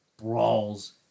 Brawls